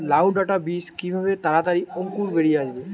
লাউ ডাটা বীজ কিভাবে তাড়াতাড়ি অঙ্কুর বেরিয়ে আসবে?